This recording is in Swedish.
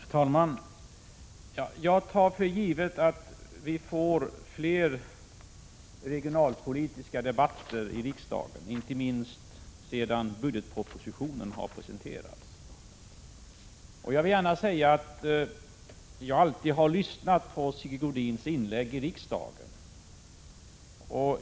Herr talman! Jag tar för givet att vi får fler regionalpolitiska debatter i riksdagen, inte minst sedan budgetpropositionen har presenterats. Jag vill gärna säga att jag alltid har lyssnat på Sigge Godins inlägg i riksdagen.